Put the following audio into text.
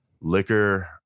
liquor